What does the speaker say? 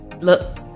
Look